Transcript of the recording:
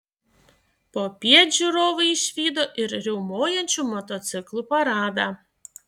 popiet žiūrovai išvydo ir riaumojančių motociklų paradą